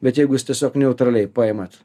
bet jeigu jūs tiesiog neutraliai paimat